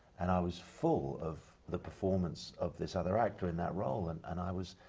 and i was full of the performance of this other actor in that role and and i was,